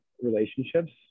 relationships